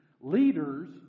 Leaders